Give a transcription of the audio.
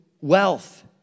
wealth